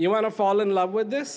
you want to fall in love with this